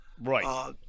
right